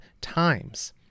times